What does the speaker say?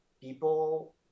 people